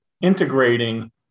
integrating